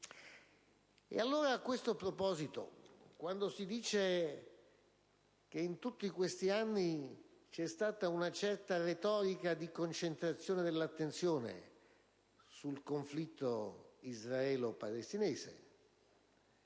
pagina. A questo proposito, quando si dice che in tutti questi anni c'è stata una certa retorica nel concentrare l'attenzione sul conflitto israelo-palestinese